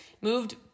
moved